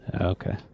Okay